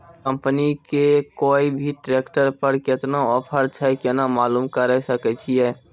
Company के कोय भी ट्रेक्टर पर केतना ऑफर छै केना मालूम करऽ सके छियै?